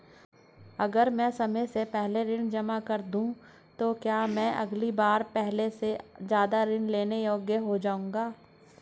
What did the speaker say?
अगर मैं समय से पहले ऋण जमा कर दूं तो क्या मैं अगली बार पहले से ज़्यादा ऋण लेने के योग्य हो जाऊँगा?